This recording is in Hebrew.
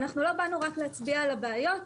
תבואו תגידו שהחלטתם לחסל את הענף,